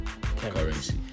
currency